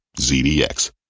ZDX